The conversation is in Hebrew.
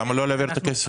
למה לא להעביר את הכסף?